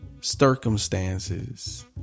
Circumstances